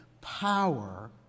power